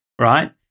right